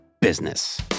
business